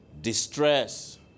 distress